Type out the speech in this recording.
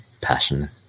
passion